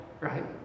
Right